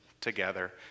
together